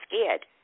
scared